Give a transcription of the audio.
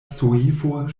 soifo